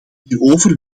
hierover